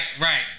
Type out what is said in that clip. right